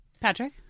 Patrick